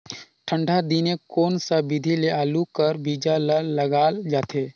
ठंडा दिने कोन सा विधि ले आलू कर बीजा ल लगाल जाथे?